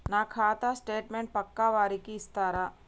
నా ఖాతా స్టేట్మెంట్ పక్కా వారికి ఇస్తరా?